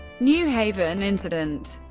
new haven incident